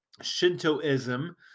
Shintoism